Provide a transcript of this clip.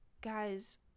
guys